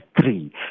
three